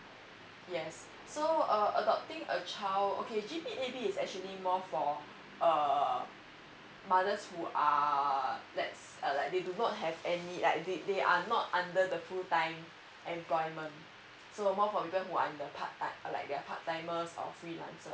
yes so uh adopting a child okay g p a b is actually more for uh mothers who are err like they do not have any like they they are not under the full time employment so more for people who are in the part time like they are part timers or freelancer